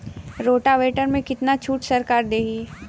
Rotavator में कितना छूट सरकार देही?